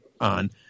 on